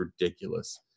ridiculous